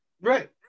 Right